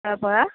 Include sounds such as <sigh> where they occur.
<unintelligible>